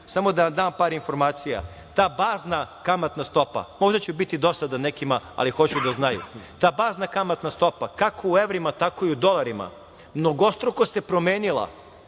samo da vam dam par informacija ta bazna kamatna stopa, ovde ću biti dosadan nekim, ali hoću da znaju, ta bazna kamatna stopa kako u evrima tako i u dolarima mnogostruko se promenila